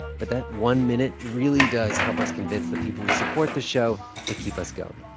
but that one minute really does help us convince the people who support the show to keep us going.